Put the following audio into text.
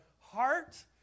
heart